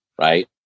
right